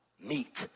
meek